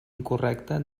incorrecta